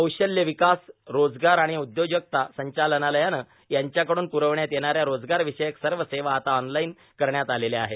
कौशल्य विकास रोजगार आर्गाण उदयोजकता संचालनालय यांच्याकडून पूर्रावण्यात येणाऱ्या रोजगार्रावषयक सव सेवा आता ऑनलाईन करण्यात आलेल्या आहेत